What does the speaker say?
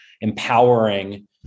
empowering